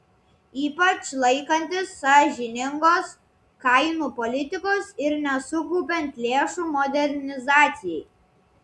ypač laikantis sąžiningos kainų politikos ir nesukaupiant lėšų modernizacijai